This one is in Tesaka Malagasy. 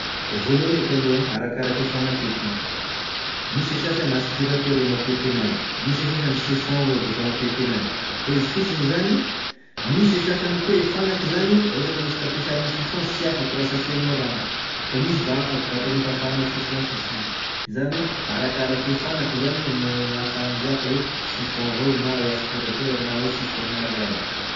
Voalohany eky aloha arakaraky e fanaka eky io, misy e sasany aspirateur e mampety anazy, misy e sasany chiffon avao defa mampety anazy fa izy fosiny zany, misy e sasany koa e fanaky zany ohatry ka aniasika ampesana gny chiffon sy afaky raha sy asianao rano fa misy da afaky vatany e fafanao chiffon fosiny izy, zany oe arakaraky e fanaky zany gn- gn'afaha mizaka oe chiffon avao na oe aspirateur na oe chiffon miaro rano.